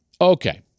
okay